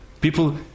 People